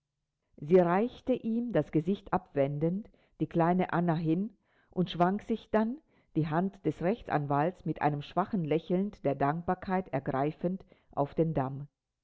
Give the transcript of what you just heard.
sie reichte ihm das gesicht abwendend die kleine anna hin und schwang sich dann die hand des rechtsanwalts mit einem schwachen lächeln der dankbarkeit ergreifend auf den damm